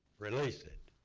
release it.